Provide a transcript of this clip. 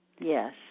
Yes